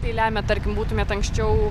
tai lemia tarkim būtumėt anksčiau